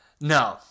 No